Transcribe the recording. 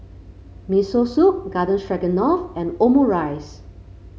Miso Soup Garden Stroganoff and Omurice